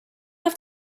have